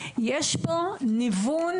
יש פה ניוון